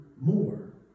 more